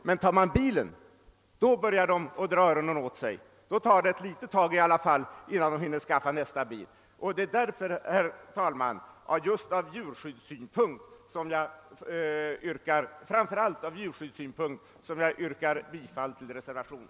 Men tar man bilen börjar de dra öronen åt sig, och då dröjer det i alla fall ett litet tag innan de hinner skaffa sig nästa bil. Herr talman! Det är framför allt ur djurskyddssynpunkt som jag yrkar bifall till reservationen.